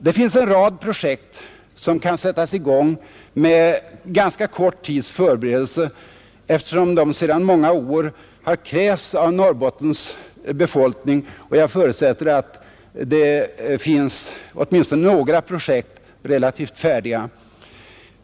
Det finns en rad projekt som kan sättas i gång med ganska kort tids förberedelse, eftersom de sedan många år har krävts av Norrbottens befolkning, och jag förutsätter att åtminstone några av dem är relativt färdiga.